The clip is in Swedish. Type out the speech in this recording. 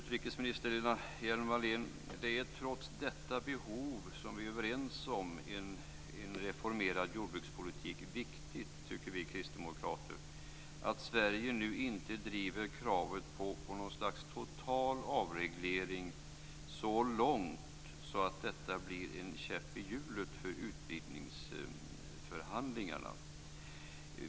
Trots detta behov av en reformerad jordbrukspolitik, som vi är överens om, utrikesminister Lena Hjelm-Wallén, tycker vi kristdemokrater att det är viktigt att Sverige nu inte driver kravet på ett slags total avreglering så långt att detta blir en käpp i hjulet för utvidgningsförhandlingarna.